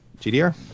GDR